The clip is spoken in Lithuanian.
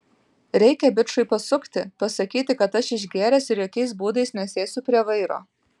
reikia bičui pasukti pasakyti kad aš išgėręs ir jokiais būdais nesėsiu prie vairo